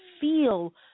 feel